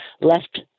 left